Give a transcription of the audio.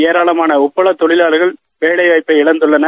ஏராளமான உப்பள தொழிலாளர்கள் வேலை இழந்துள்ளனர்